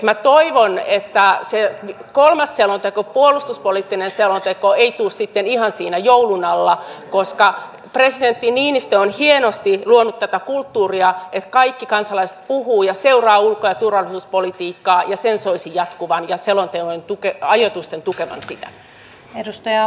minä toivon että se kolmas selonteko puolustuspoliittinen selonteko ei tule sitten ihan siinä joulun alla koska presidentti niinistö on hienosti luonut tätä kulttuuria että kaikki kansalaiset puhuvat ja seuraavat ulko ja turvallisuuspolitiikkaa ja sen soisi jatkuvan ja selonteon ajoitusten tukevan sitä